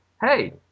hey